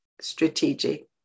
strategic